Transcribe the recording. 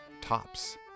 tops